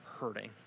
hurting